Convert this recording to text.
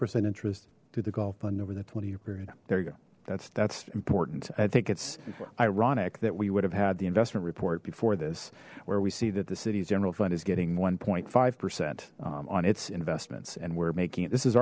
percent interest to the gulf button over the twenty year period there you go that's that's important i think it's ironic that we would have had the investment report before this where we see that the city's general fund is getting one point five percent on its investments and we're making this is